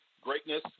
greatness